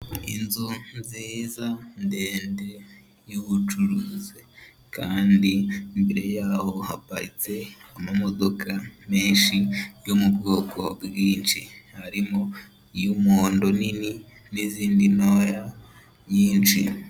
Inzu nziza ndende y'ubucuruzi kandi imbere yaho haparitse amamodoka menshi yo mu bwoko bwinshi, harimo iy'umuhondo nini n'izindi ntoya nyinshi.